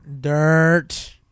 Dirt